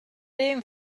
didn’t